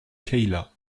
cayla